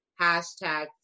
Hashtag